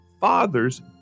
father's